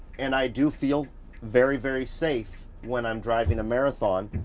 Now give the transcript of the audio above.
and i do feel very, very safe when i'm driving a marathon.